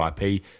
IP